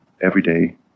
everyday